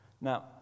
Now